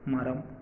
மரம்